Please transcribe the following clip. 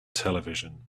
television